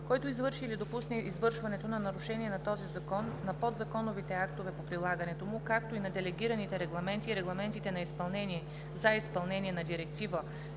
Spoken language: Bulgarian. Който извърши или допусне извършването на нарушение на този закон, на подзаконовите актове по прилагането му, както и на делегираните регламенти и регламентите за изпълнение на Директива